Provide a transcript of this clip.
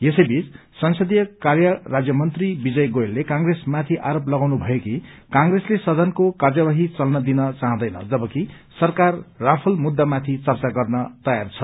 यसैबीच संसदीय कार्य राज्यमन्त्री विजय गोयलले कंग्रेसमाथि आरोप लगाउनू भयो कि कंप्रेसले सदनको कार्यवाही चल्न दिन चाहदैन जबकि सरकार रफाल मुद्दामाथि चर्चा गर्न तयार छ